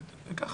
זה מה